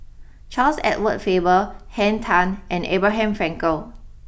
Charles Edward Faber Henn Tan and Abraham Frankel